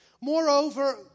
Moreover